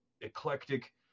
eclectic